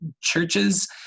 churches